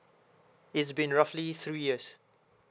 it's been roughly three years